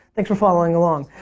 thanks for following along.